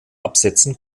absetzen